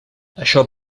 això